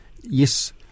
yes